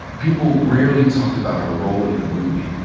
people rarely talked about her role in the movement.